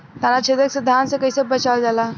ताना छेदक से धान के कइसे बचावल जाला?